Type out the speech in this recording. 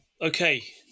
okay